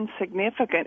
insignificant